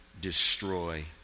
destroy